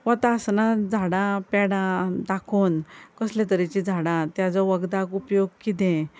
वता आसतना झाडां पेडां दाखोवन कसले तरेचीं झाडां त्याजो वखदाक उपयोग किदें